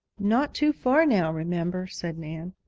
not too far now, remember, said nan.